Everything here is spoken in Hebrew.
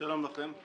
שלום לכם.